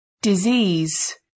disease